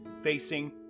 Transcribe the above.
facing